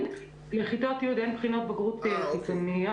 לכיתות י' אין בחינות בגרות חיצוניות.